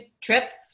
trips